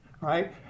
right